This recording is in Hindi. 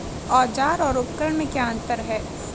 औज़ार और उपकरण में क्या अंतर है?